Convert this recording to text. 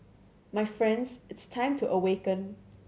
my friends it's time to awaken